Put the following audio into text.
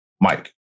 Mike